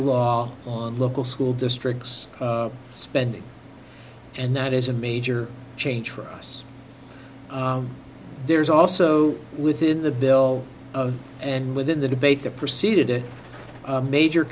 law on local school districts spending and that is a major change for us there's also within the bill of and within the debate the proceeded a major